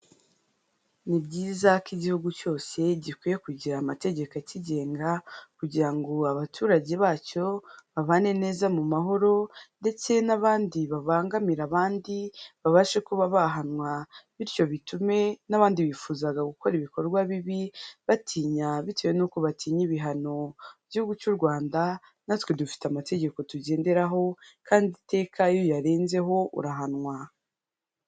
Ni byiza ko igihugu cyose gikwiye kugira amategeko akigenga kugira ngo abaturage bacyo babane neza mu mahoro ndetse n'abandi babangamira abandi babashe kuba bahanwa bityo bitume n'abandi bifuzaga gukora ibikorwa bibi batinya bitewe n'uko batinya ibihano. Igihu cy'u Rwanda natwe dufite amategeko tugenderaho kandi iteka iyo uyarenzeho urahanwa.